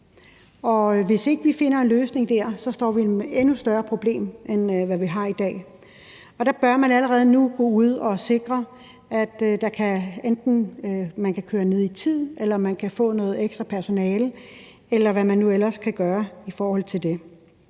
hvis ikke vi finder en løsning der, står vi med et endnu større problem, end hvad vi har i dag. Man bør allerede nu gå ud og sikre, at de enten kan køre ned i tid, eller at de kan få noget ekstra personale, eller hvad man nu ellers kan gøre i forhold til det.